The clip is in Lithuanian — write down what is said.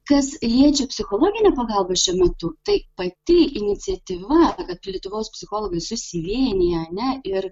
kas liečia psichologinę pagalbą šiuo metu tai pati iniciatyva kad lietuvos psichologai susivienija ane ir